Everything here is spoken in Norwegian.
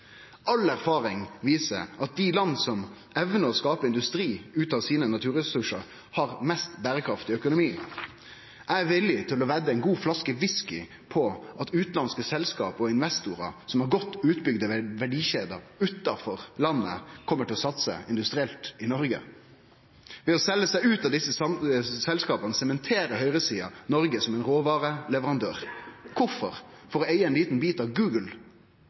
All erfaring viser at dei landa som evnar å skape industri av sine naturressursar, har den mest berekraftige økonomien. Eg er villig til å vedde ei god flaske whisky på at utanlandske selskap og investorar som har godt utbygde verdikjeder utanfor landet, kjem til å satse industrielt i Noreg. Ved å selje seg ut av desse selskapa sementerer høgresida Noreg som ein råvareleverandør. Kvifor? For å eige ein liten bit av